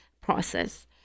process